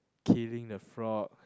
killing the frog